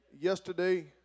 yesterday